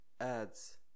Adds